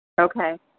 Okay